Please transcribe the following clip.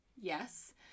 Yes